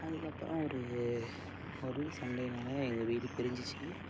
அதுக்கப்புறம் ஒரு ஒரு சண்டையினால் எங்கள் வீடு பிரிஞ்சிடுச்சி